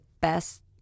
best